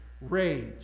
Rage